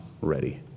ready